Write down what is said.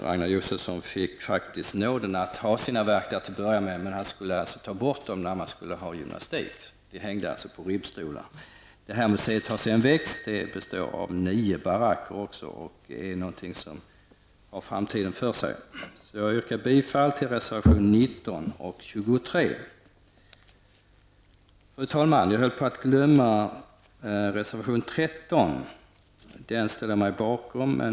Ragnar Josefsson fick nåden att ha sina verk där till att börja med, men han fick ta bort dem när man skulle ha gymnastik. Verken hängde på ribbstolar. Museet har nu växt och består av nio baracker, och det har framtiden för sig. Jag yrkar bifall till reservationerna nr 19 och 23. Fru talman! Jag ställer mig även bakom reservation nr 13, men jag yrkar inte bifall till den.